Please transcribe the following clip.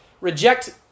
reject